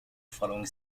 following